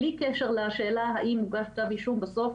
בלי קשר לשאלה האם הוגש כתב אישום בסוף,